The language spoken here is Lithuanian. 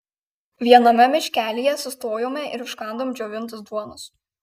viename miškelyje sustojome ir užkandom džiovintos duonos